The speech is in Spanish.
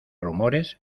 rumores